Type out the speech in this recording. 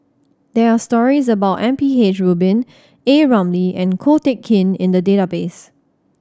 there are stories about M P H Rubin A Ramli and Ko Teck Kin in the database